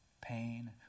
Pain